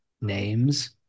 names